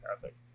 perfect